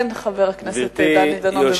כן, חבר הכנסת דני דנון, בבקשה.